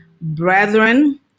brethren